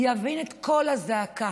יבין את קול הזעקה.